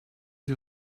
sie